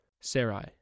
Sarai